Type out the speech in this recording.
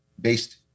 based